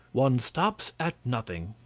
one stops at nothing.